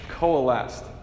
coalesced